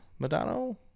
Madano